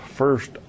first